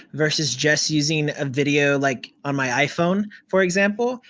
verses just using a video like on my iphone, for example,